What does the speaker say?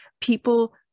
people